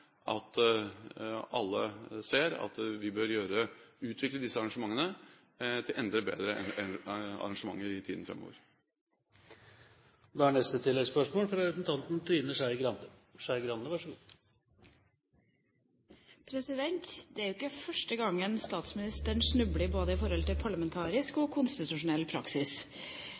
at alle ser at vi bør utvikle disse arrangementene til enda bedre arrangementer i tiden framover. Det er jo ikke første gang statsministeren snubler i forhold til både parlamentarisk praksis og konstitusjonell praksis, og man lager litt nye prinsipper for både hvordan det konstitusjonelle monarkiet skal fungere og hvordan parlamentarisk praksis